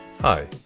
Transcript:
Hi